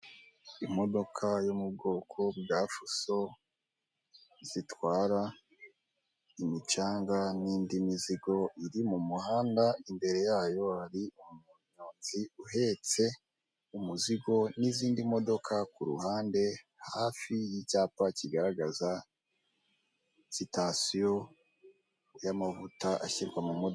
Imodoka yo mu bwoko bwa fuso, zitwara imicanga n'indi mizigo, iri mu muhanda imbere yayo hari umunyonzi uhetse umuzigo n'izindi modoka kuruhande, hafi y'icyapa kigaragaza sitasiyo y'amavuta ashyirwa mu mo.